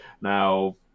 Now